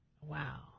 Wow